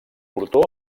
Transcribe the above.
portó